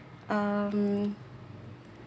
um